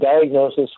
diagnosis